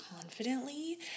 confidently